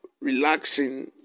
relaxing